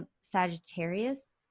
Sagittarius